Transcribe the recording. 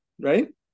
Right